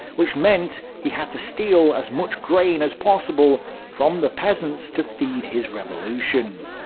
which meant he had to steal as much grain as possible from the peasants to feed his revolution.